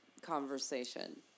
conversation